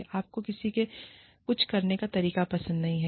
आपको किसी के कुछ करने का तरीका पसंद नहीं है